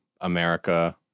America